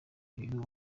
uyu